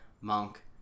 Monk